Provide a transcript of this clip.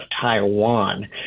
Taiwan